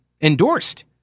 endorsed